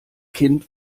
kind